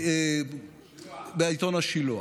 בעיתון השילוח.